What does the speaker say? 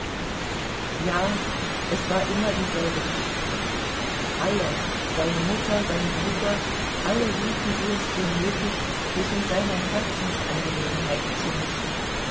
ja es war immer dieselbe geschichte alle seine mutter sein bruder alle hielten sie es für nötig sich in seine herzensangelegenheiten zu mischen